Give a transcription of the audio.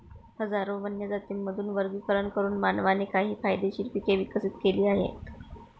हजारो वन्य जातींमधून वर्गीकरण करून मानवाने काही फायदेशीर पिके विकसित केली आहेत